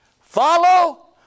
follow